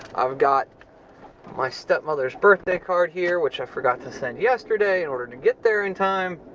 i've got my stepmother's birthday card here, which i forgot to send yesterday in order to get there in time,